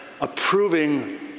approving